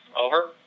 Over